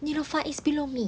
neelofa is below me